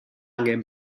angen